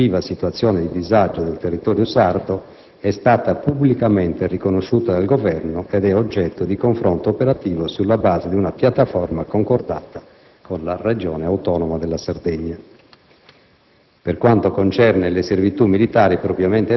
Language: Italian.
Quanto, in particolare, alla regione Sardegna, l'oggettiva situazione di disagio del territorio sardo è stata pubblicamente riconosciuta dal Governo ed è oggetto di confronto operativo sulla base di una piattaforma concordata con la Regione autonoma della Sardegna.